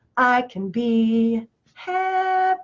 i can be happy.